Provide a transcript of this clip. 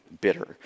bitter